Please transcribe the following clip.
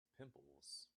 pimples